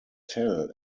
tell